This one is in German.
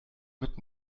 mit